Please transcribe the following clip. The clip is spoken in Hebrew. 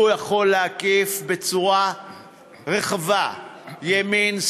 הוא יכול להקיף בצורה רחבה ימין,